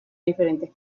diferentes